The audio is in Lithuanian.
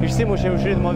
išsimušėm iš ritmo